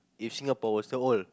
if Singapore was so old